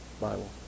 Bible